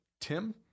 Tim